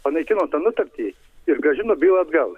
panaikino tą nutartį ir grąžino bylą atgal